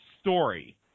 story